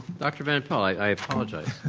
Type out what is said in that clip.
dr. van pelt i apologize.